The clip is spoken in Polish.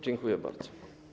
Dziękuję bardzo.